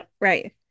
right